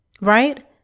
right